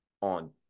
on